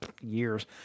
years